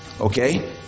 Okay